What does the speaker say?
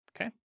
okay